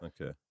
okay